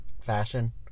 fashion